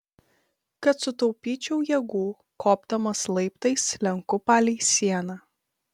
kad sutaupyčiau jėgų kopdamas laiptais slenku palei sieną